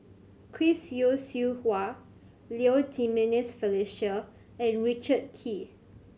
Chris Yeo Siew Hua Low Jimenez Felicia and Richard Kee